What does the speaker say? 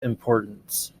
importance